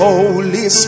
Holy